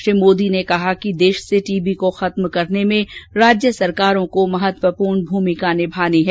श्री मोदी ने कहा कि देश से टीबी को खत्म करने में राज्य सरकारों को महत्वपूर्ण भूमिका निभानी है